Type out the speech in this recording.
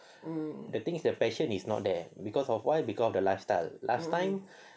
the thing is the passion is not there because of why because of lifestyle last time